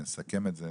נסכם את זה,